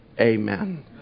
Amen